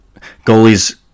Goalies